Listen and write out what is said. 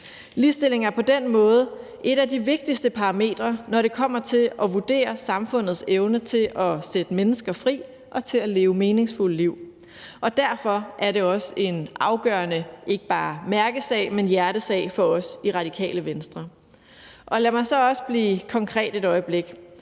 Ligestilling er på den måde et af de vigtigste parametre, når det kommer til at vurdere samfundets evne til at sætte mennesker fri til at leve meningsfulde liv, og derfor er det også en afgørende, ikke bare mærkesag, men også hjertesag for os i Radikale Venstre. Lad mig så også blive konkret et øjeblik,